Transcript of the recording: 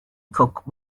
cook